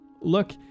look